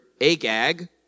Agag